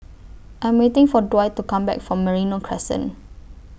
I'm waiting For Dwight to Come Back from Merino Crescent